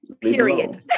Period